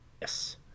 Yes